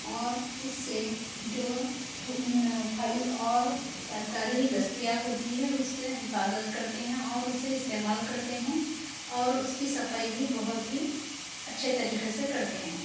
اور اُس سے جو پھل اور ترکاری دستیاب ہوتی ہے اُس کا حفاظت کرتے ہیں اور اُسے استعمال کرتے ہیں اور اُس کی صفائی بھی بہت ہی اچھے طریقے سے کرتے ہیں